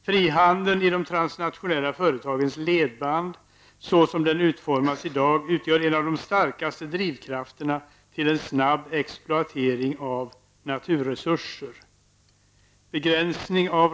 Frihandeln i de transnationella företagens ledband, som den utformas i dag, utgör en av de starkaste drivkrafterna till en snabb exploatering av naturresurser.